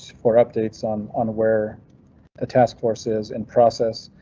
for updates on unaware a task force is in process,